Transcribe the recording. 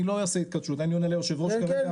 אני לא אעשה התכתשות אני עונה ליושב ראש כרגע.